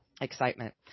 Excitement